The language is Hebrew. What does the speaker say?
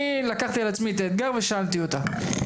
לקחתי על עצמי את האתגר ושאלתי אותה.